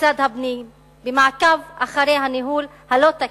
משרד הפנים במעקב אחרי הניהול הלא-תקין.